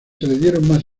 líneas